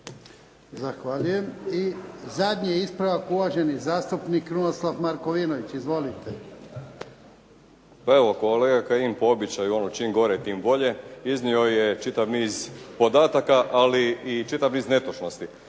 Zahvaljujem. I zadnji ispravak. Uvaženi zastupnik Krunoslav Markovinović. Izvolite. **Markovinović, Krunoslav (HDZ)** Pa evo, kolega Kajin po običaju, čim gore tim bolje, iznio je čitav niz podataka, ali i čitav niz netočnosti.